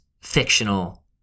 fictional